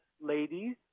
ladies